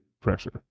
pressure